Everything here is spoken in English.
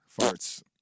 farts